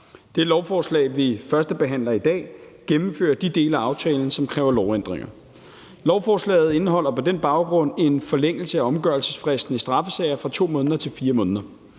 Det lovforslag, vi førstebehandler i dag, gennemfører de dele af aftalen, som kræver lovændringer. Lovforslaget indeholder på den baggrund en forlængelse af omgørelsesfristen i straffesager fra 2 måneder til 4 måneder.